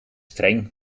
streng